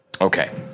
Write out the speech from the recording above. okay